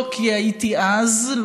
לא כי הייתי אז,